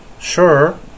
Sure